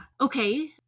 Okay